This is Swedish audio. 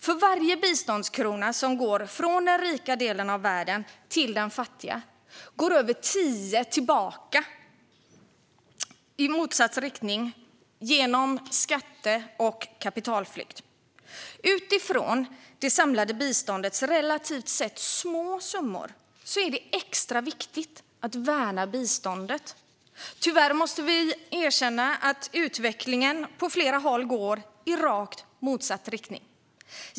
För varje biståndskrona som går från den rika delen av världen till den fattiga går över tio kronor tillbaka i motsatt riktning genom skatte och kapitalflykt. Utifrån det samlade biståndets relativt sett små summor är det extra viktigt att värna biståndet. Tyvärr måste vi konstatera att utvecklingen på flera håll går i rakt motsatt riktning.